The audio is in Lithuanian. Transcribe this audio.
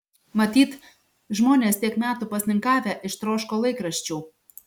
matyt žmonės tiek metų pasninkavę ištroško laikraščių